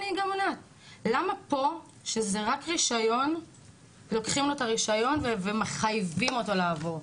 למה פה כשזה רק רשיון לוקחים לו את הרישיון ומחייבים אותו לעבור?